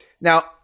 Now